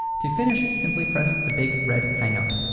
to finish, simply press the big red hangup.